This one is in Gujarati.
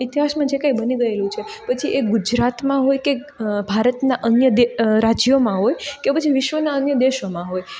ઇતિહાસમાં જે કાંઈ બની ગયેલું છે પછી એ ગુજરાતમાં હોય કે ભારતના અન્ય દે રાજ્યોમાં હોય કે પછી વિશ્વના અન્ય દેશોમાં હોય